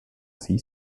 sea